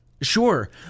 Sure